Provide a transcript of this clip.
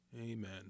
Amen